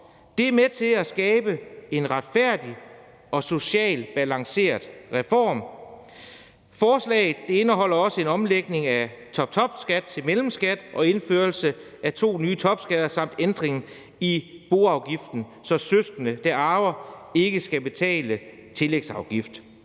Det er med til at skabe en retfærdig og socialt balanceret reform. Forslaget indeholder også en omlægning af toptopskat til mellemskat og en indførelse af to nye topskatter samt en ændring i boafgiften, så søskende, der arver, ikke skal betale tillægsafgift.